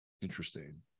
Interesting